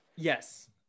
Yes